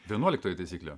vienuoliktoji taisyklė